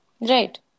right